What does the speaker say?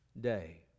day